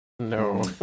No